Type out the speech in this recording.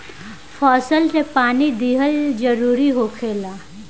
फसल के पानी दिहल जरुरी होखेला